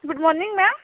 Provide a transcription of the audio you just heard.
good morning ma'am